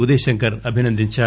ఉదయశంకర్ అభినందించారు